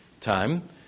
time